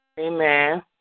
Amen